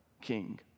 king